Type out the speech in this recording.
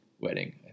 wedding